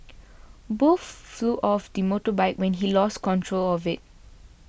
both flew off the motorbike when he lost control of it